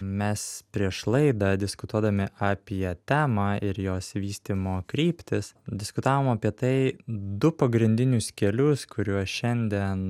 mes prieš laidą diskutuodami apie temą ir jos vystymo kryptis diskutavom apie tai du pagrindinius kelius kuriuos šiandien